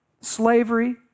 slavery